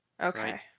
Okay